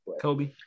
Kobe